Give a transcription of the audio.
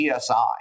PSI